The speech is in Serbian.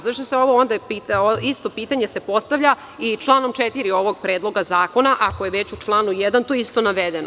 Zašto se ovde isto pitanje postavlja i članom 4. ovog predloga zakona ako je već u članu 1. to isto navedeno.